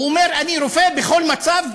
הוא אומר: אני רופא בכל מצב,